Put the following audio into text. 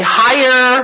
higher